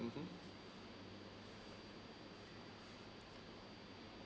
mmhmm